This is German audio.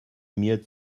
mir